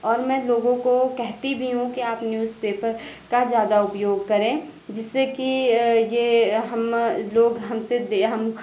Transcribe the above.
और मैं लोगों को कहती भी हूँ कि आप न्यूज़पेपर का ज़्यादा उपयोग करें जिससे कि ये हम लोग हमसे दे हम